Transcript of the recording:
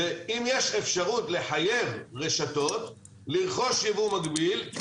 אם יש אפשרות לחייב רשתות לרכוש יבוא מקביל כי